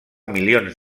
milions